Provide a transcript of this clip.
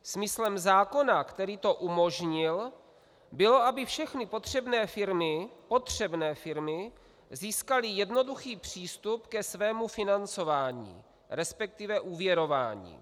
Smyslem zákona, který to umožnil, bylo, aby všechny potřebné firmy potřebné firmy získaly jednoduchý přístup ke svému financování, resp. úvěrování.